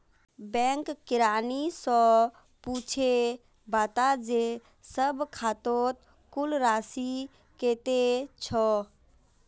bank किरानी स पूछे बता जे सब खातौत कुल राशि कत्ते छ